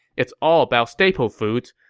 it's all about staple foods.